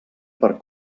per